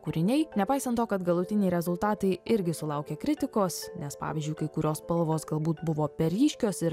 kūriniai nepaisant to kad galutiniai rezultatai irgi sulaukė kritikos nes pavyzdžiui kai kurios spalvos galbūt buvo per ryškios ir